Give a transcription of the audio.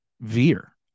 veer